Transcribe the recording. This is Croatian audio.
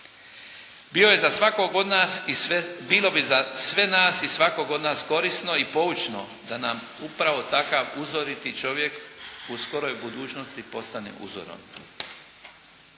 bilo bi za sve nas i svakog od nas korisno i poučno da nam upravo takav uzoriti čovjek u skoroj budućnosti postane uzorom.